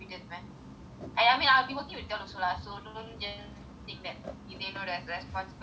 !aiya! I mean I will be working with you all also lah so don't just think that if you know a responsibility ya